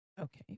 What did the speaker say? Okay